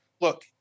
Look